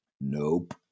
Nope